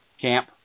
camp